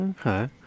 okay